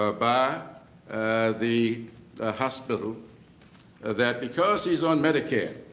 ah by the hospital that because he's on medicare,